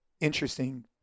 interesting